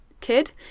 kid